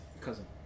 cousin